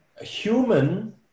human